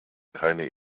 keine